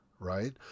right